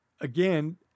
again